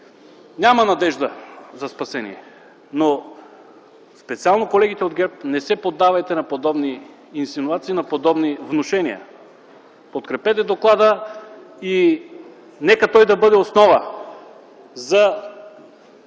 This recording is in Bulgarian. няма надежда за спасение, но специално колегите от ГЕРБ - не се подавайте на подобни инсинуации, на подобни внушения, подкрепете доклада. Нека той да бъде основа за